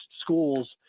schools